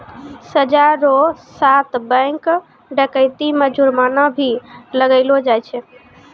सजा रो साथ बैंक डकैती मे जुर्माना भी लगैलो जाय छै